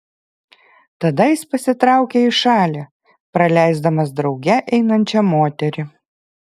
tada jis pasitraukia į šalį praleisdamas drauge einančią moterį